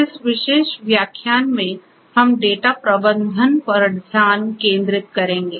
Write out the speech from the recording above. इस विशेष व्याख्यान में हम डेटा प्रबंधन पर ध्यान केंद्रित करेंगे